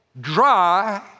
dry